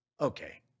Okay